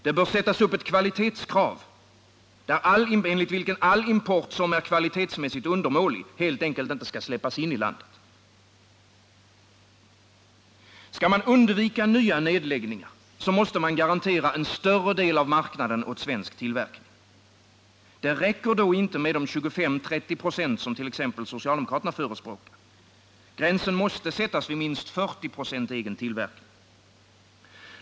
Det bör sättas upp ett kvalitetskrav, enligt vilket all import som är kvalitetsmässigt undermålig helt enkelt inte skall släppas in i landet. Skall man undvika nya nedläggningar, måste man garantera en större del av marknaden åt svensk tillverkning. Det räcker då inte med de 25-30 26 som t.ex. socialdemokraterna förespråkar. Gränsen måste sättas vid minst 40 96 egen tillverkning.